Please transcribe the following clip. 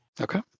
Okay